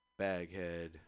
baghead